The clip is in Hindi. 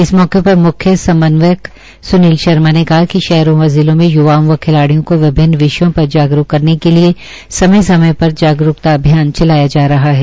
इस मौके पर म्ख्य समन्वयक स्नील शर्मा ने कहा कि शहरों व जिलों में य्वाओं व खिलाड़ियों को विभिन्न विषयों पर जागरूक करने के लिये समय समय जागरूक्ता अभियान चलाया जा रहा है